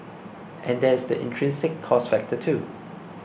and there is the intrinsic cost factor too